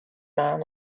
man